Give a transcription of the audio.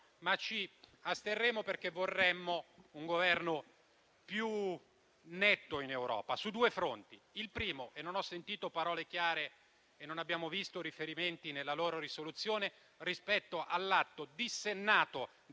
ma ci asterremo oggi perché vorremmo un Governo più netto in Europa su due fronti. Il primo, su cui non ho sentito parole chiare e non abbiamo visto riferimenti nella risoluzione del Governo, è rispetto all'atto dissennato